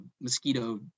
mosquito